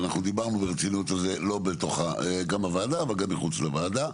אנחנו דיברנו ברצינות על זה לא בתוך גם הוועדה אבל גם מחוץ לוועדה,